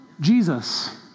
Jesus